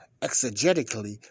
exegetically